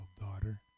daughter